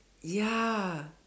ya